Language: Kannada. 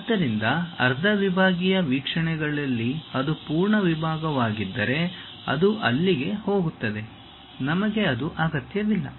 ಆದ್ದರಿಂದ ಅರ್ಧ ವಿಭಾಗೀಯ ವೀಕ್ಷಣೆಗಳಲ್ಲಿ ಅದು ಪೂರ್ಣ ವಿಭಾಗವಾಗಿದ್ದರೆ ಅದು ಅಲ್ಲಿಗೆ ಹೋಗುತ್ತದೆ ನಮಗೆ ಅದು ಅಗತ್ಯವಿಲ್ಲ